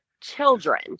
children